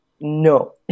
No